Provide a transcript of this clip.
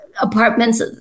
Apartments